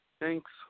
Thanks